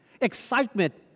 Excitement